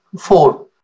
four